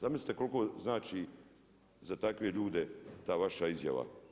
Zamislite koliko znači za takve ljude ta vaša izjava?